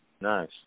nice